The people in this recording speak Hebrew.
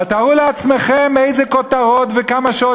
אבל תארו לעצמכם איזה כותרות וכמה שעות